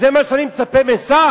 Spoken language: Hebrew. זה מה שאני מצפה משר?